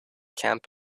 camp